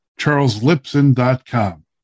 charleslipson.com